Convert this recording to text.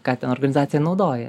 ką ten organizacija naudoja